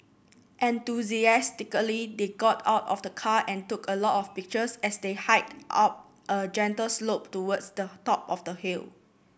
enthusiastically they got out of the car and took a lot of pictures as they hiked up a gentle slope towards the top of the hill